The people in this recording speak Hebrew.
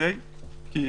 כדי